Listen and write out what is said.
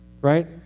right